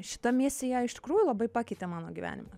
šita misija iš tikrųjų labai pakeitė mano gyvenimą